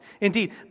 Indeed